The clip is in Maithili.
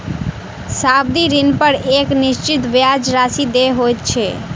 सावधि ऋणपर एक निश्चित ब्याज राशि देय होइत छै